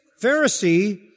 Pharisee